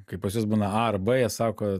kaip pas juos būna a ar b jie sako